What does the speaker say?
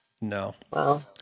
no